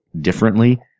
differently